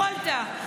יכולת.